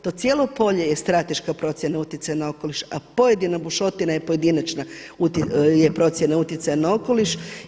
To cijelo polje je strateška procjena utjecaja na okoliš a pojedina bušotina je pojedinačna procjena utjecaja na okoliš.